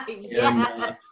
Yes